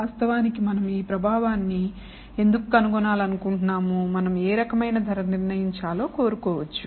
వాస్తవానికి మనం ఈ ప్రభావాన్ని ఎందుకు కనుగొనాలనుకుంటున్నాము మనం ఏ రకమైన ధర నిర్ణయించాలో కోరుకోవచ్చు